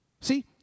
See